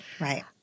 Right